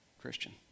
Christian